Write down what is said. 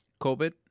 COVID